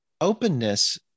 Openness